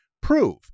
prove